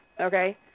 okay